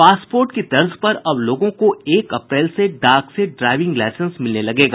passport की तर्ज पर अब लोगों को एक अप्रैल से डाक से ड्राईविंग लाईसेंस मिलने लगेगा